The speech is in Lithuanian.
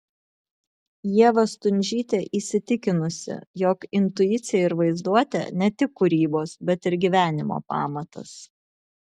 ieva stundžytė įsitikinusi jog intuicija ir vaizduotė ne tik kūrybos bet ir gyvenimo pamatas